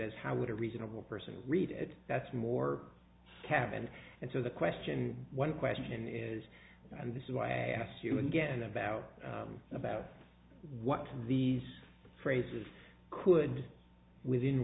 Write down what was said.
as how would a reasonable person read it that's more cabinet and so the question one question is and this is why i ask you again about about what these phrases could within